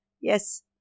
Yes